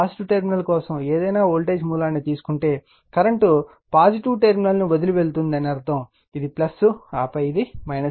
positive terminal కోసం ఏదైనా voltage మూలాన్ని తీసుకుంటే కరెంటు పాజిటివ్ టెర్మినల్ ను వదిలి వెళ్తుంది అని అర్థం ఇది ఆపై ఇది అవుతుంది